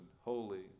holy